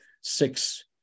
six